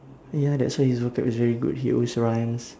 ya that's why his vocab is very good he always rhymes